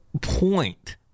Point